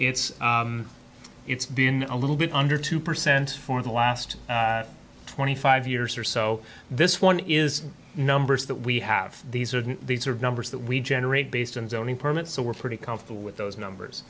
it's it's been a little bit under two percent for the last twenty five years or so this one is numbers that we have these are these are numbers that we generate based on zoning permits so we're pretty comfortable with those